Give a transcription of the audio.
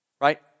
Right